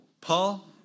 Paul